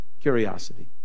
curiosity